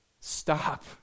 Stop